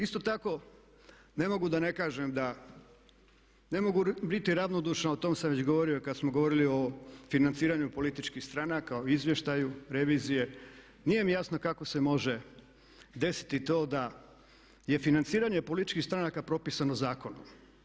Isto tako ne mogu da ne kažem da ne mogu biti ravnodušan, o tom sam već govorio kad smo govorili o financiranju političkih stranaka, o izvještaju revizije, nije mi jasno kako se može desiti to da je financiranje političkih stranaka propisano zakonom.